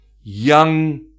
Young